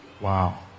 Wow